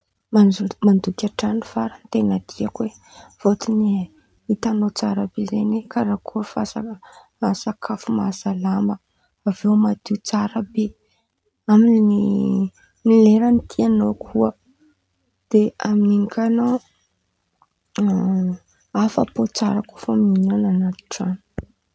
Manjo-mandoky antrano faran̈y raha tiako e fôtiny hitan̈ao tsara be zen̈y oe karakôry fasala- sakafo mahasalama avy eo madio tsara be aminy leran̈y tian̈ao koa, de amin̈'in̈y kà an̈ao afapo tsara koa fa mihin̈ana an̈aty tran̈o.